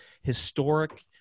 historic